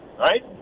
right